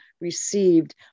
received